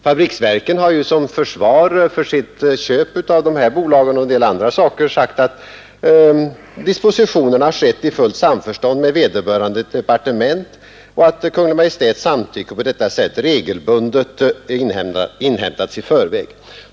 Fabriksverken har ju som försvar för sitt köp av de här bolagen och en del annat sagt att dispositionerna skett i fullt samförstånd med vederbörande departement och att Kungl. Maj:ts samtycke på detta sätt regelbundet inhämtats i förväg.